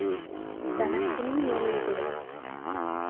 ᱫᱟᱱᱟᱝ ᱠᱷᱚᱱᱤᱧ ᱧᱮᱞ ᱞᱮᱫᱮᱭᱟ